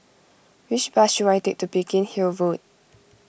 which bus should I take to Biggin Hill Road